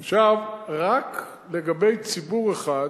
עכשיו, רק לגבי ציבור אחד,